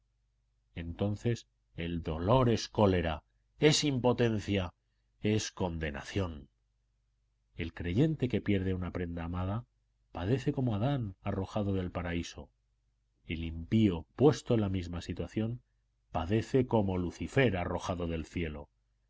entonces el dolor es cólera es impotencia es condenación el creyente que pierde a una prenda amada padece como adán arrojado del paraíso el impío puesto en la misma situación padece como lucifer arrojado del cielo